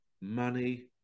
money